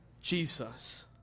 Jesus